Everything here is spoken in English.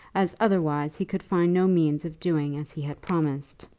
as otherwise he could find no means of doing as he had promised.